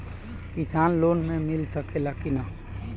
किसान लोन मिल सकेला कि न?